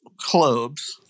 clubs